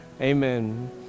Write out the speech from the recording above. Amen